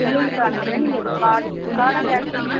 பில்லிங்க்கு அனுப்புகிறேன் நீங்கள் அதுக்கு கார்டு கார்டா கேஷ்ஷா மேம்